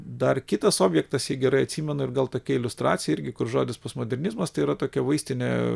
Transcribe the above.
dar kitas objektas jei gerai atsimenu ir gal tokia iliustracija irgi kur žodis postmodernizmas tai yra tokia vaistinė